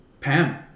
Pam